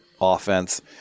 offense